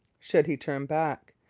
should he turn back?